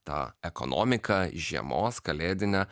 ta ekonomika žiemos kalėdinė